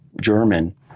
German